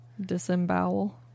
Disembowel